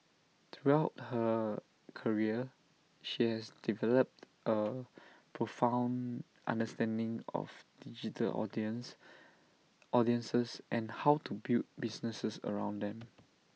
throughout her career she has developed A profound understanding of digital audience audiences and how to build businesses around them